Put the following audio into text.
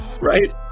right